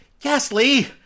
Ghastly